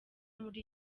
muri